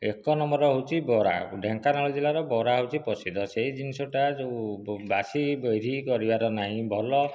ଏକ ନମ୍ବର ହେଉଛି ବରା ଢେ଼ଙ୍କନାଳ ଜିଲ୍ଲାର ବରା ହେଉଛି ପ୍ରସିଦ୍ଧ ସେହି ଜିନିଷଟା ଯେଉଁ ବାସି ବିରି କରିବାର ନାହିଁ ଭଲ